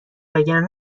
وگرنه